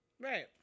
Right